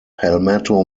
palmetto